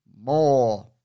more